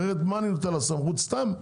אחרת אתן לה סמכות סתם?